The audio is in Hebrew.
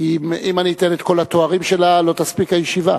אם אני אתן את כל התארים שלה לא תספיק הישיבה.